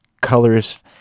Colors